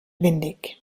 windig